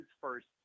first